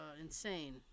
insane